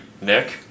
Nick